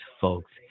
folks